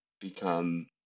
become